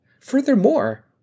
Furthermore